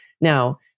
Now